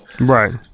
Right